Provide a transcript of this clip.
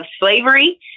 slavery